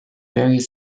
various